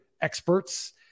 experts